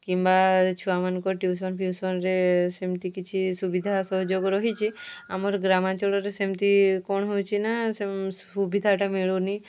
କିମ୍ବା ଛୁଆମାନଙ୍କ ଟ୍ୟୁସନ୍ ଫ୍ୟୁସନ୍ରେ ସେମିତି କିଛି ସୁବିଧା ସହଯୋଗ ରହିଛି ଆମର ଗ୍ରାମାଞ୍ଚଳରେ ସେମିତି କ'ଣ ହେଉଛି ନା ସେ ସୁବିଧାଟା ମିଳୁନି